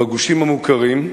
בגושים המוכרים,